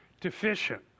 deficient